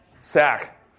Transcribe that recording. Sack